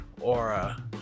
aura